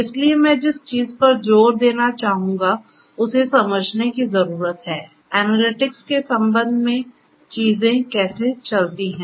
इसलिए मैं जिस चीज पर जोर देना चाहूंगा उसे समझने की जरूरत है एनालिटिक्स के संबंध में चीजें कैसे चलती हैं